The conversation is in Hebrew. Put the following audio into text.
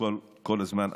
כל הזמן.